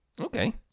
Okay